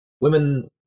Women